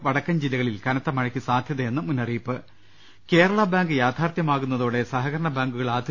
്വടക്കൻ ജില്ലകളിൽ കനത്ത മഴയ്ക്ക് സാധ്യതയെന്ന് മുന്നറിയിപ്പ് കേരള ബാങ്ക് യാഥാർത്ഥ്യമാകുന്നതോടെ സഹകരണ ബാങ്കുകൾ ആധു